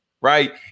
right